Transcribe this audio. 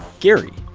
gary,